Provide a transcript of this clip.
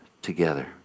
Together